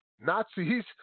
Nazis